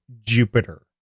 Jupiter